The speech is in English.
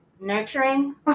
nurturing